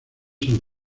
san